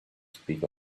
speak